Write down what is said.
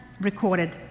recorded